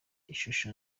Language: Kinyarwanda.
ishusho